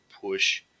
push